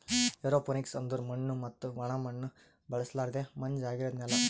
aeroponics ಅಂದುರ್ ಮಣ್ಣು ಮತ್ತ ಒಣ ಮಣ್ಣ ಬಳುಸಲರ್ದೆ ಮಂಜ ಆಗಿರದ್ ನೆಲ